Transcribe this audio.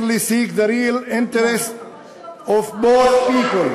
seek the real interest of both people,